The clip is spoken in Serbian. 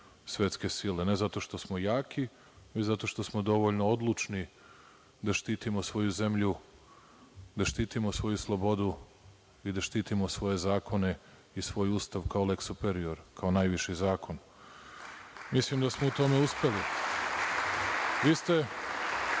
svetske sile, ne zato što smo jaki već zato što smo dovoljno odlučni da štitimo svoju zemlju, da štitimo svoju slobodu i da štitimo svoje zakone i svoj Ustav kao leks superior, kao najviši zakon. Mislim da smo u tome uspeli. Vi ste